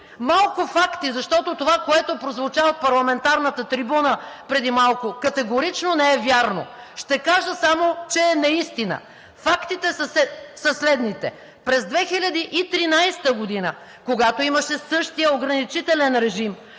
Малко факти, защото това, което прозвуча от парламентарната трибуна преди малко, категорично не е вярно. Ще кажа само, че е неистина. Фактите са следните: през 2013 г., когато имаше същия ограничителен режим,